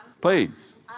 Please